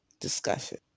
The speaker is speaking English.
discussion